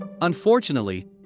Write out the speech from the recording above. unfortunately